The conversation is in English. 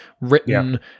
written